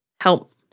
help